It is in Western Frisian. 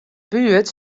buert